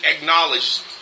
acknowledged